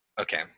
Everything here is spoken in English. Okay